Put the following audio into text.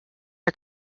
our